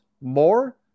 more